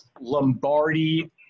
Lombardi